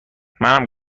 منم